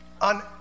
on